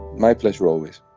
my pleasure always